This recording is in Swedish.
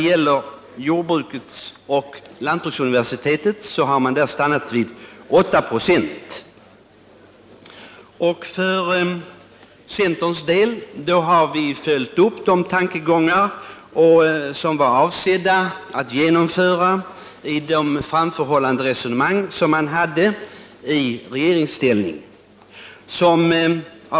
För jordbruket och lantbruksuniversitetet har man stannat vid 8 96. För centerns del har vi följt upp de tankegångar som fördes när man var i regeringsställning.